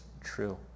true